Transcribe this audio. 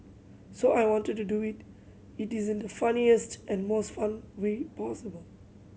so I wanted to do it in the funniest and most fun way possible